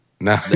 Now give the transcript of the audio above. No